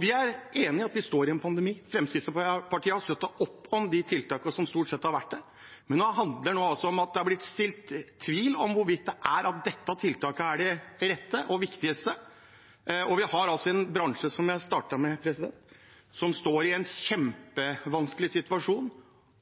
Vi er enig i at vi står i en pandemi. Fremskrittspartiet har stort sett støttet opp om de tiltakene som har vært, men det handler nå om at det har blitt reist tvil ved om hvorvidt dette tiltaket er det rette og viktigste. Vi har altså en bransje, som jeg startet med, som står i en kjempevanskelig situasjon,